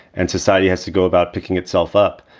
and society has to go about picking itself up.